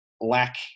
lack